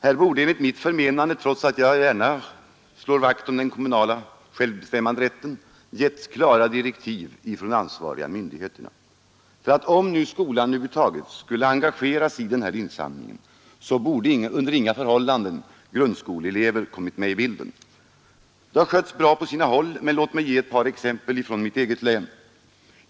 Här borde enligt mitt förmenande, trots att jag gärna slår vakt om den kommunala självbestämmanderätten, getts klara direktiv från de ansvariga myndigheterna. Om nu skolan över huvud taget skulle engageras i den här insamlingen, så borde under inga förhållanden grundskoleelever kommit med i bilden. Det har skötts bra på sina håll, men låt mig ge ett par exempel från mitt eget län.